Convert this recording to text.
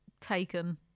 taken